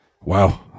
Wow